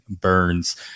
Burns